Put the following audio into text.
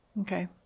Okay